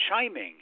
chiming